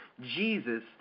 Jesus